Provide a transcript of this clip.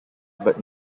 but